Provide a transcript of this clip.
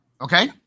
Okay